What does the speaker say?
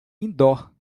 indoor